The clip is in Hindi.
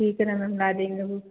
ठीक है मैम हम ला देंगे बुक